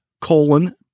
colon